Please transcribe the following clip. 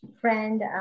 friend